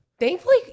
Thankfully